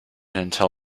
until